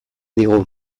digu